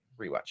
rewatch